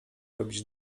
robić